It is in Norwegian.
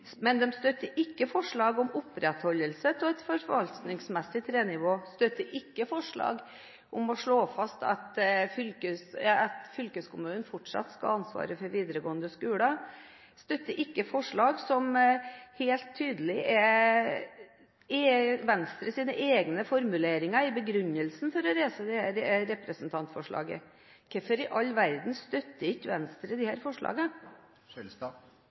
men de støtter ikke forslag om opprettholdelse av en forvaltningsmessig trenivåmodell, de støtter ikke forslag om å slå fast at fylkeskommunen fortsatt skal ha ansvaret for videregående skoler, og de støtter ikke forslag som helt tydelig er Venstres egne formuleringer i begrunnelsen for å reise dette representantforslaget. Hvorfor i all verden støtter ikke Venstre disse forslagene? Som representanten Njåstad tidligere i dag sa, blir det